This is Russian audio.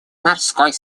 морской